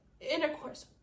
intercourse